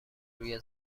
روی